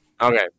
Okay